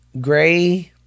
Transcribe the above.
gray